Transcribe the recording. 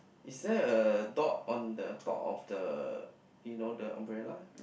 it's that a dog on the top of the you know the umbrella